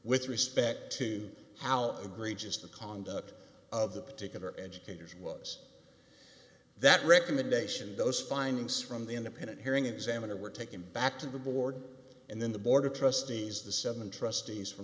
with respect to how egregious the conduct of the particular educators was that recommendation those findings from the independent hearing examiner were taken back to the board and then the board of trustees the seven trustees from